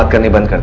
like anybody.